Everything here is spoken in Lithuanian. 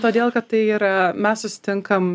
todėl kad tai yra mes susitinkam